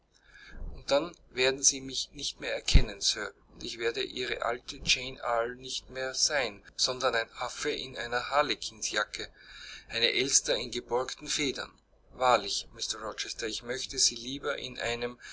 und dann werden sie mich nicht mehr kennen sir und ich werde ihre alte jane eyre nicht mehr sein sondern ein affe in einer harlequinsjacke eine elster in geborgten federn wahrlich mr rochester ich möchte sie lieber in einem